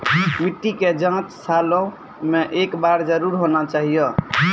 मिट्टी के जाँच सालों मे एक बार जरूर होना चाहियो?